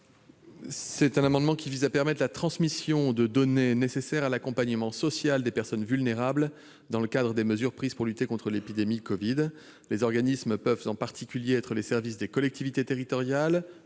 Cet amendement vise à permettre la transmission à certains organismes de données nécessaires à l'accompagnement social des personnes vulnérables, dans le cadre des mesures prises pour lutter contre l'épidémie du Covid-19. Ces organismes peuvent en particulier être les services des collectivités territoriales,